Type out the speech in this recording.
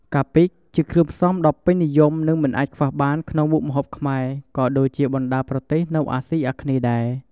កាពិ ជាគ្រឿងផ្សំដ៏ពេញនិយមនិងមិនអាចខ្វះបានក្នុងមុខម្ហូបខ្មែរ ក៏ដូចជាបណ្តាប្រទេសនៅអាស៊ីអាគ្នេយ៍ដែរ។